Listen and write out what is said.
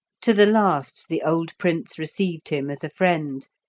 to the last, the old prince received him as a friend,